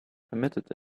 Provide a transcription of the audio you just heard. permitted